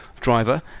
driver